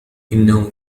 إنهم